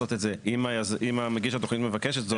לעשות את זה אם מגיש התוכנית מבקש זאת,